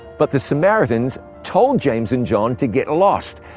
but the samaritans told james and john to get lost.